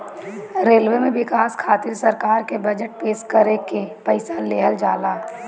railway में बिकास खातिर सरकार के बजट पेश करके पईसा लेहल जाला